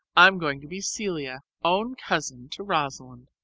i am going to be celia, own cousin to rosalind.